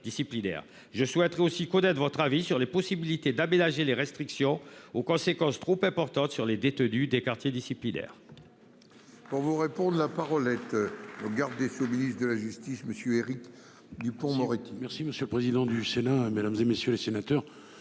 je souhaiterais aussi connaître votre avis sur les possibilités d'aménager les restrictions aux conséquences trop importantes sur les détenus des quartiers disciplinaires.